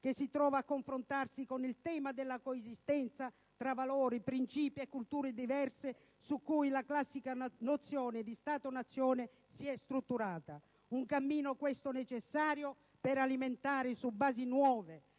che si trova a confrontarsi con il tema della coesistenza tra valori, princìpi e culture diverse su cui la classica nozione di Stato-Nazione si è strutturata. Un cammino, questo, necessario per alimentare su basi nuove